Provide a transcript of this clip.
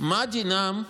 מה דינם,